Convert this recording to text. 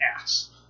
ass